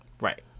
Right